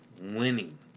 winning